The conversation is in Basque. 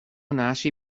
nahasi